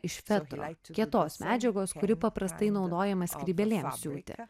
iš fetro kietos medžiagos kuri paprastai naudojama skrybėlėms siūti